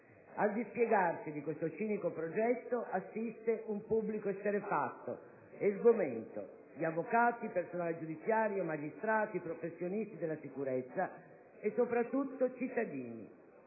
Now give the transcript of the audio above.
Al dispiegarsi di questo cinico progetto assiste un pubblico esterrefatto e sgomento di avvocati, di personale giudiziario, di magistrati, di professionisti della sicurezza e soprattutto di cittadini.